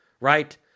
right